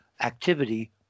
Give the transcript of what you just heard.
activity